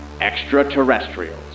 Extraterrestrials